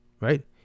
Right